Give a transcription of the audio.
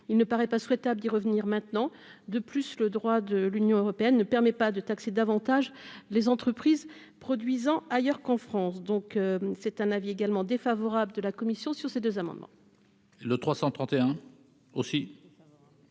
il ne paraît pas souhaitable y revenir maintenant de plus le droit de l'Union européenne ne permet pas de taxer davantage les entreprises produisant ailleurs qu'en France, donc c'est un avis également défavorable de la commission sur ces deux amendements. Le 331. Aussi,